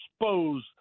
expose